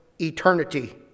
eternity